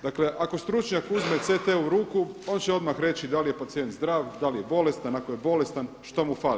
Dakle ako stručnjak uzme CT u ruku on će odmah reći da li je pacijent zdrav, da li je bolestan, ako je bolestan što mu fali.